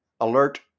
alert